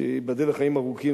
שייבדל לחיים ארוכים,